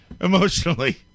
Emotionally